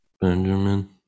Benjamin